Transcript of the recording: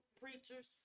preachers